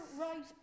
Right